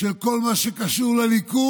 של כל מה שקשור לליכוד,